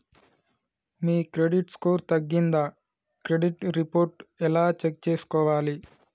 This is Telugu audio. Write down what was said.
మీ క్రెడిట్ స్కోర్ తగ్గిందా క్రెడిట్ రిపోర్ట్ ఎలా చెక్ చేసుకోవాలి?